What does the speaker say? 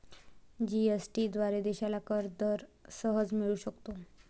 GST याद्वारे देशाला कर दर सहज समजू शकतो